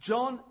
John